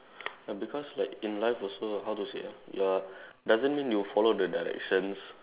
ya because like in life also how to say ah you're doesn't mean you follow the directions